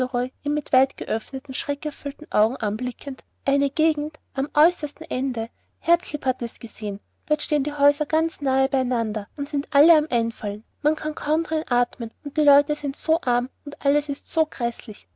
mit weitgeöffneten schreckerfüllten augen anblickend eine gegend am äußersten ende herzlieb hat es gesehen dort stehen die häuser ganz nahe bei einander und sind alle am einfallen man kann kaum atmen drin und die leute sind so arm und alles ist so gräßlich